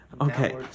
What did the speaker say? okay